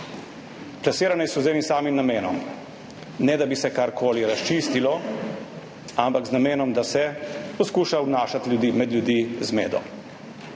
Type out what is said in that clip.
Plasirane so z enim samim namenom, ne da bi se karkoli razčistilo, ampak z namenom, da se poskuša med ljudi vnašati